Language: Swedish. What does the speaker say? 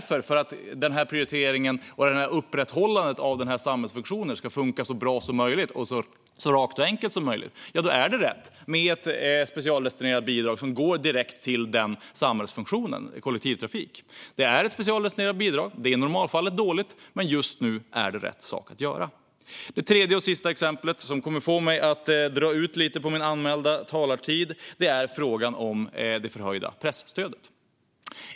För att den prioriteringen och för att upprätthållandet av den samhällsfunktionen ska fungera så bra, rakt och enkelt som möjligt är det därför rätt med ett specialdestinerat bidrag direkt till den samhällsfunktionen, till kollektivtrafiken. Det är ett specialdestinerat bidrag. Det är i normalfallet dåligt. Men just nu är det rätt sak att göra. Det tredje och sista exemplet är det förhöjda presstödet.